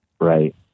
right